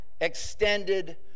extended